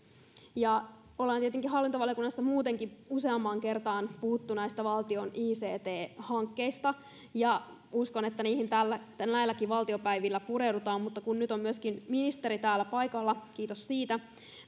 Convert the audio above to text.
olemme tietenkin hallintovaliokunnassa muutenkin useampaan kertaan puhuneet näistä valtion ict hankkeista ja uskon että niihin näilläkin valtiopäivillä pureudutaan mutta kun nyt on myöskin ministeri täällä paikalla kiitos siitä